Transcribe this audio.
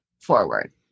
forward